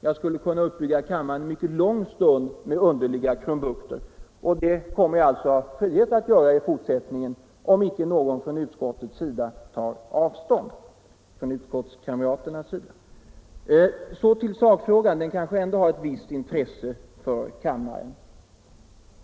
Jag skulle kunna uppbygga kammaren en mycket lång stund med att redogöra för underliga krumbukter, och det kommer jag alltså att ha frihet att göra i fortsättningen, om icke någon av utskottskamraterna tar avstånd från herr Bergqvists argumentation. Så till sakfrågan — den kanske ändå har ett visst intresse för kammaren.